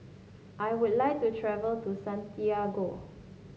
I would like to travel to Santiago